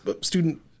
Student